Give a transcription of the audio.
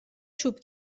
چوب